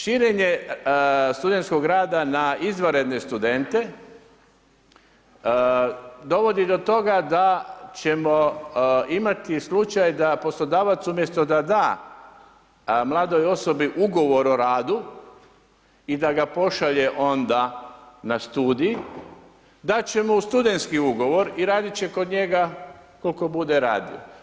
Širenje studenskog rada na izvanredne studente dovodi do toga da ćemo imati slučaj da poslodavac umjesto da da mladoj osobi ugovor o radu i da ga pošalje onda na studij, dat će mu studentski ugovor i radit će kod njega koliko bude radio.